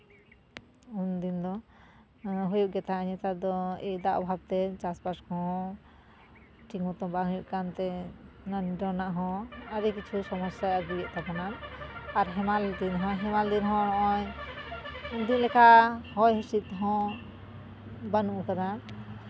ᱩᱱᱫᱤᱱ ᱫᱚ ᱦᱩᱭᱩᱜ ᱜᱮ ᱛᱟᱦᱮᱸᱫ ᱱᱮᱛᱟᱨ ᱫᱚ ᱫᱟᱜ ᱚᱵᱷᱟᱵᱽᱛᱮ ᱪᱟᱥᱵᱟᱥ ᱦᱚᱸ ᱴᱷᱤᱠ ᱢᱚᱛᱚ ᱵᱟᱝ ᱦᱩᱭᱩᱜ ᱠᱟᱱᱛᱮ ᱚᱱᱟ ᱱᱤᱨᱚᱱ ᱨᱮᱱᱟᱜ ᱦᱚᱸ ᱟᱹᱰᱤ ᱠᱤᱪᱷᱩ ᱥᱚᱢᱚᱥᱥᱟ ᱟᱹᱜᱩᱭᱮᱫ ᱛᱟᱵᱚᱱᱟ ᱟᱨ ᱦᱮᱢᱟᱞ ᱨᱤᱛᱩ ᱦᱚᱸ ᱦᱮᱢᱟᱞ ᱨᱤᱛᱩ ᱦᱚᱸ ᱱᱚᱜᱼᱚᱭ ᱯᱟᱹᱦᱤᱞ ᱞᱮᱠᱟ ᱦᱚᱭ ᱦᱤᱢᱥᱤᱫ ᱦᱚᱸ ᱵᱟᱹᱱᱩᱜ ᱠᱟᱫᱟ